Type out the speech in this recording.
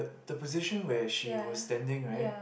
the position where she was standing right